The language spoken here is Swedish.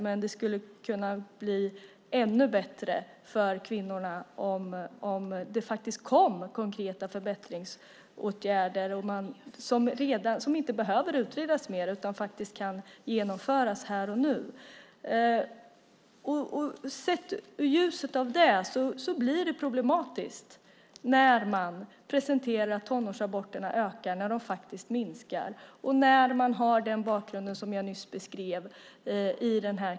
Men det skulle kunna bli ännu bättre för kvinnorna om det faktiskt kom konkreta förbättringsåtgärder som inte behöver utredas mer, utan kan genomföras här och nu. I ljuset av det blir det problematiskt när man presenterar att tonårsaborterna ökar när de faktiskt minskar och när man här i kammaren har den bakgrund som jag just beskrev.